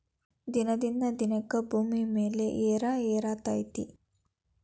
ದಿನದಿಂದ ದಿನಕ್ಕೆ ಭೂಮಿ ಬೆಲೆ ಏರೆಏರಾತೈತಿ